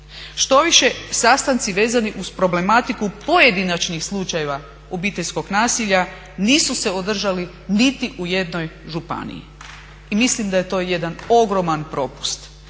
Štoviše, sastanci vezani uz problematiku pojedinačnih slučajeva obiteljskog nasilja nisu se održali niti u jednoj županiji i mislim da je to jedan ogroman propust.